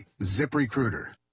ZipRecruiter